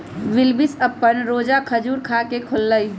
बिलकिश अप्पन रोजा खजूर खा के खोललई